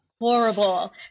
horrible